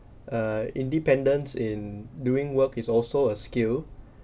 err independence in doing work is also a skill